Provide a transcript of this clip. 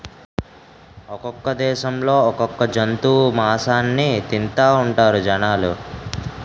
ఒక్కొక్క దేశంలో ఒక్కొక్క జంతువు మాసాన్ని తింతాఉంటారు జనాలు